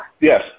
yes